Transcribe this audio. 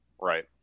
Right